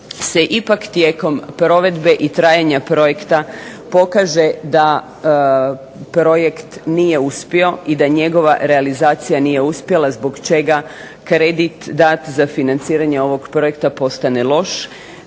se ipak tijekom provedbe i trajanja projekta pokaže da projekt nije uspio i da njegova realizacija nije uspjela zbog čega kredit dat za financiranje ovog projekta postane loš